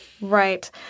Right